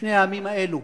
שני העמים האלה.